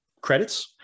credits